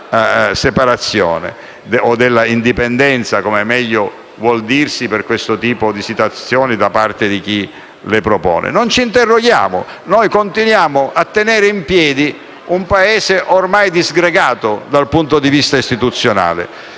Non ci interroghiamo, ma continuiamo a tenere in piedi un Paese ormai disgregato dal punto di vista istituzionale.